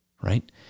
right